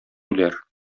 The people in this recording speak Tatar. үләр